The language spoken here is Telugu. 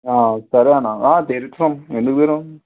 సరే అన్న తెరుస్తాం ఎందుకు తెరవం